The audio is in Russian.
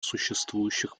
существующих